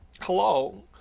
Hello